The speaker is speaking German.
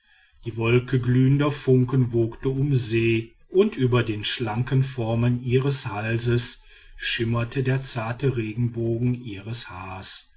die wolke glühender funken wogte um se und über den schlanken formen ihres halses schimmerte der zarte regenbogen ihres haars